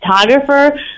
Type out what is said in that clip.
photographer